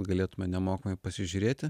galėtume nemokamai pasižiūrėti